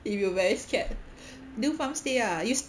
if you very scared do farm stay lah use